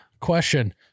question